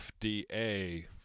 FDA